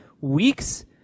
weeks—